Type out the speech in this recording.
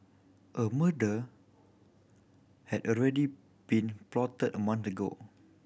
a murder had already been plotted a month ago